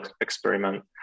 experiment